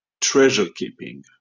treasure-keeping